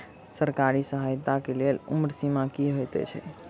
सरकारी सहायता केँ लेल उम्र सीमा की हएत छई?